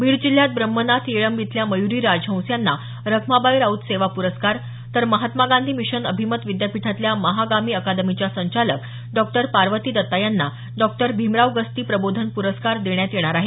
बीड जिल्ह्यात ब्रह्मनाथ येळंब इथल्या मयूरी राजहंस यांना रखमाबाई राऊत सेवा प्रस्कार तर महात्मा गांधी मिशन अभिमत विद्यापीठातल्या महागामी अकादमीच्या संचालक डॉ पार्वती दत्ता यांना डॉ भीमराव गस्ती प्रबोधन प्रस्कार देण्यात येणार आहे